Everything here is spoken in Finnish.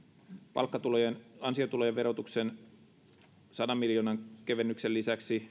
palkkatulojen ansiotulojen verotuksen sadan miljoonan kevennyksen lisäksi